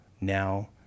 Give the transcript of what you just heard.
Now